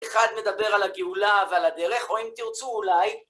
אחד מדבר על הגאולה ועל הדרך, או אם תרצו אולי...